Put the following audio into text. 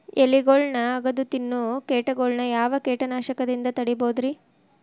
ಎಲಿಗೊಳ್ನ ಅಗದು ತಿನ್ನೋ ಕೇಟಗೊಳ್ನ ಯಾವ ಕೇಟನಾಶಕದಿಂದ ತಡಿಬೋದ್ ರಿ?